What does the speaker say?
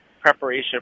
preparation